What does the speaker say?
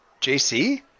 JC